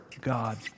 God